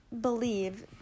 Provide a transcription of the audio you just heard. believe